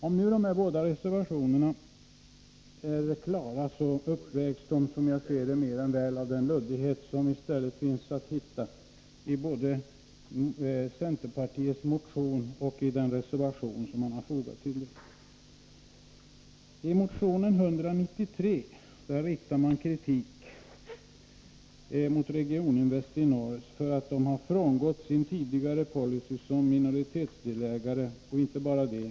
Om nu dessa båda reservationer är klara, uppvägs det, som jag ser det, mer än väl av den luddighet som står att finna både i centerpartiets motion och i den reservation som fogats till utskottets betänkande. I motion 193 riktas kritik mot Regioninvest i Norr för att man frångått sin tidigare policy som minoritetsdelägare. Och inte bara det.